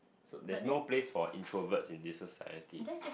so there's no place for introverts in this society